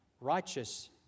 righteous